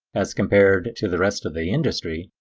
as compared to the rest of the industry,